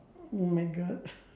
oh my god